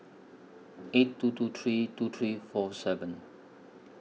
eight two two three two three four seven